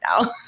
now